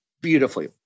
beautifully